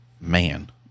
man